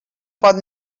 pot